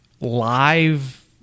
live